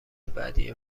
بدیه